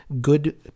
good